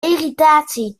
irritatie